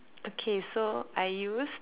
okay so I used